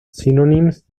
synonyms